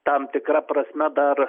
tam tikra prasme dar